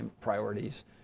priorities